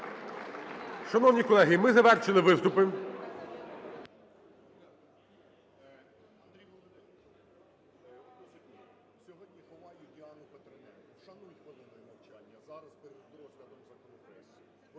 Шановні колеги, ми завершили виступи.